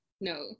No